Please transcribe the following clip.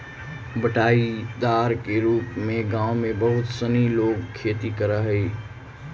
बँटाईदार के रूप में गाँव में बहुत सनी लोग खेती करऽ हइ